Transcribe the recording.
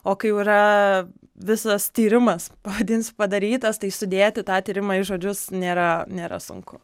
o kai jau yra visas tyrimas pavadinsiu padarytas tai sudėti tą tyrimą į žodžius nėra nėra sunku